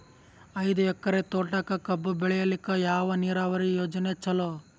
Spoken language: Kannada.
ಐದು ಎಕರೆ ತೋಟಕ ಕಬ್ಬು ಬೆಳೆಯಲಿಕ ಯಾವ ನೀರಾವರಿ ಯೋಜನೆ ಚಲೋ?